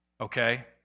okay